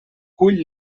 cull